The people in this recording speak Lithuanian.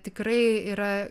tikrai yra